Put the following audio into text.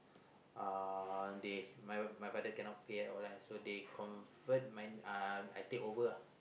uh they my my father cannot pay at all lah so they convert my uh I take over lah